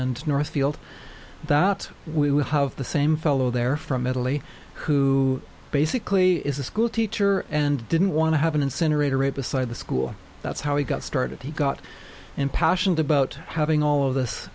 and northfield that we will have the same fellow there from italy who basically is a schoolteacher and didn't want to have an incinerator it beside the school that's how he got started he got impassioned about having all of this